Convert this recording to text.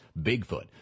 Bigfoot